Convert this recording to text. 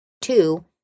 Two